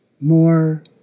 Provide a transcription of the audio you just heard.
more